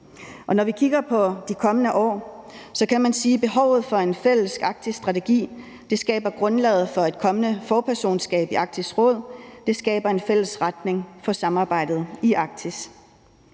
Når vi kigger på de kommende år, kan man sige, at behovet for en fælles arktisk strategi skaber grundlaget for et kommende forpersonskab i Arktisk Råd, og det skaber en fælles retning for samarbejdet i Arktis.